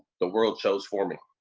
the world chose for me.